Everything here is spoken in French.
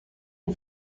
ont